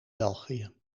belgië